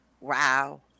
wow